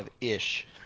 ish